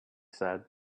said